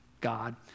God